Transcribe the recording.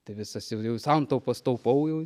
tai visas jau jau santaupas taupau jau